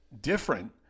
different